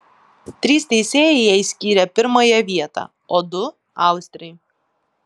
trys teisėjai jai skyrė pirmąją vietą o du austrei